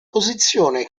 posizione